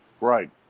Right